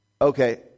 Okay